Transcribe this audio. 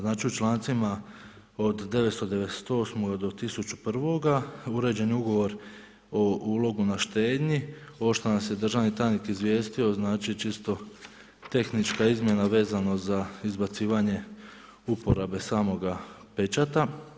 Znači u člancima od 998. do 101. uređen je ugovor o ulogu na štednji ovo što nas je državni tajnik izvijestio znači čisto tehnička izmjena vezano za izbacivanje uporabe samoga pečata.